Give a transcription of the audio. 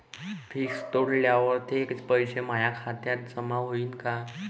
Fix तोडल्यावर ते पैसे माया खात्यात जमा होईनं का?